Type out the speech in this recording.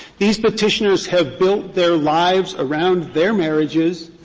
these petitioners have built their lives around their marriages,